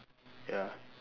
ya